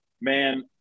man